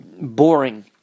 boring